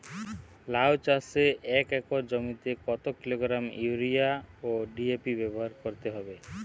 লাউ চাষে এক একর জমিতে কত কিলোগ্রাম ইউরিয়া ও ডি.এ.পি ব্যবহার করতে হবে?